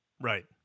Right